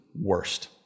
worst